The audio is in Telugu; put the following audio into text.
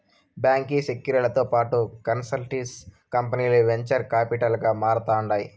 బాంకీ సెక్యూరీలతో పాటు కన్సల్టెన్సీ కంపనీలు వెంచర్ కాపిటల్ గా మారతాండాయి